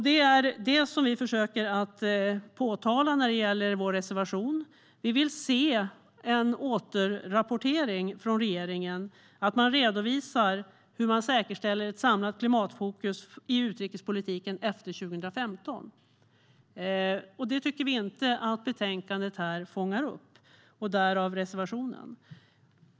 Det är det som vi försöker peka på i vår reservation. Vi vill se en återrapportering från regeringen där man redovisar hur man säkerställer ett samlat klimatfokus i utrikespolitiken efter 2015. Det tycker vi inte att betänkandet fångar upp, och därför har vi lämnat reservationen.